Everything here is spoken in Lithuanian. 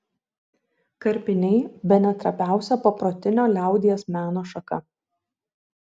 karpiniai bene trapiausia paprotinio liaudies meno šaka